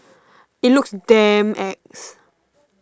it looks damn ex